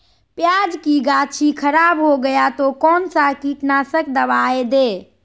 प्याज की गाछी खराब हो गया तो कौन सा कीटनाशक दवाएं दे?